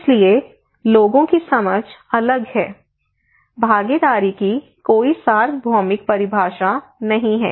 इसलिए लोगों की समझ अलग है भागीदारी की कोई सार्वभौमिक परिभाषा नहीं है